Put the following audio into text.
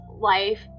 life